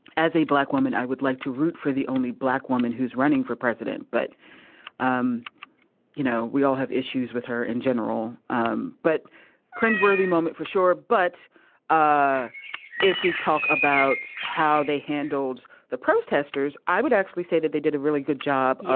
as a black woman. i would like to root for the only black woman who is running for president but um you know we all have issues with her in general um but cringe worthy moment for sure but ah if we talk about how they handled the protesters i would actually say that they did a really good job ah